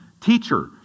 Teacher